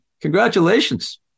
Congratulations